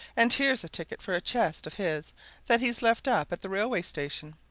and here's ticket for a chest of his that he's left up at the railway station,